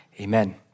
Amen